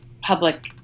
public